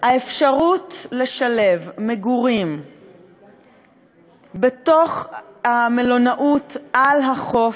האפשרות לשלב מגורים בתוך המלונאות על החוף,